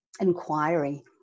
inquiry